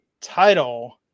title